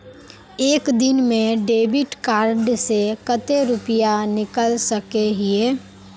एक दिन में डेबिट कार्ड से कते रुपया निकल सके हिये?